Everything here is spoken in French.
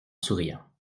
souriant